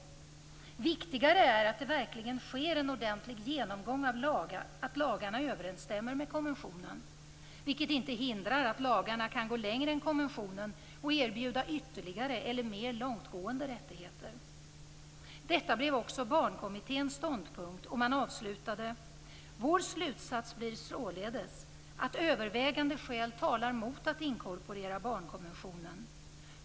Viktigare är att det verkligen sker en ordentlig genomgång av att lagarna överensstämmer med konventionen ." Detta blev också Barnkommitténs ståndpunkt, och den avslutade med att skriva följande: "Vår slutsats blir således att övervägande skäl talar mot att inkorporera Barnkonventionen.